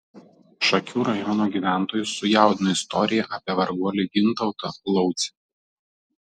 šakių rajono gyventojus sujaudino istorija apie varguolį gintautą laucį